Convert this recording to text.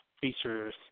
features